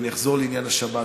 ואני אחזור לעניין השבת,